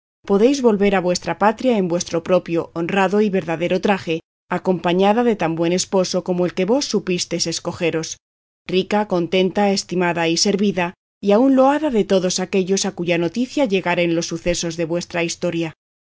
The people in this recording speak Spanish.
podéis volver a vuestra patria en vuestro propio honrado y verdadero traje acompañada de tan buen esposo como el que vos supistes escogeros rica contenta estimada y servida y aun loada de todos aquellos a cuya noticia llegaren los sucesos de vuestra historia